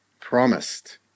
promised